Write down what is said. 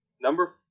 Number